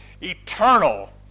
eternal